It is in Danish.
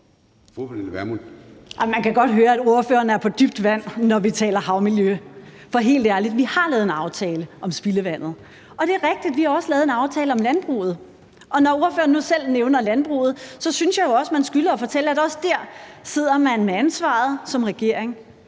Man kan godt høre, at ordføreren er på dybt vand, når vi taler havmiljø. For helt ærligt har vi lavet en aftale om spildevandet, og det er rigtigt, at vi også har lavet en aftale om landbruget. Når ordføreren nu selv nævner landbruget, synes jeg også, at man skylder at fortælle, at man som regering